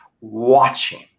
watching